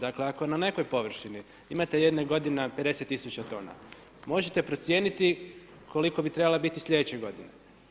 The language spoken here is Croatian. Dakle, ako na nekoj površini imate jedne godine 50000 tona, možete procijeniti koliko bi trebala biti sljedeće godine.